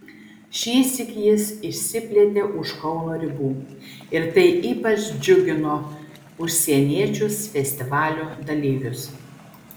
šįsyk jis išsiplėtė už kauno ribų ir tai ypač džiugino užsieniečius festivalio dalyvius